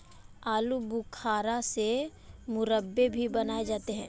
आलू बुखारा से मुरब्बे भी बनाए जाते हैं